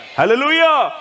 Hallelujah! (